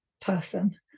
person